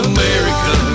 America